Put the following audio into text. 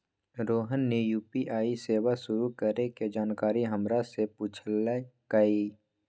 रोहन ने यू.पी.आई सेवा शुरू करे के जानकारी हमरा से पूछल कई